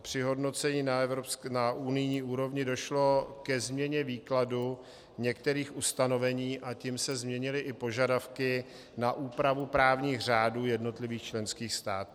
Při hodnocení na unijní úrovni došlo ke změně výkladu některých ustanovení, a tím se změnily i požadavky na úpravu právních řádů jednotlivých členských států.